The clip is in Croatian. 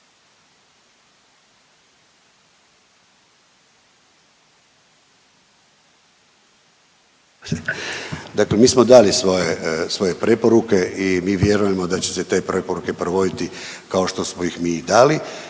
dakle mi smo dali svoje preporuke i mi vjerujemo da će se te preporuke provoditi kao što smo ih mi i dali